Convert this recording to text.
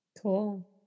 Cool